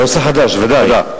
על הנוסח החדש, בוודאי.